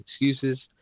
excuses